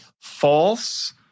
false